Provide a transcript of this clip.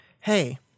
hey